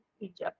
Egypt